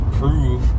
prove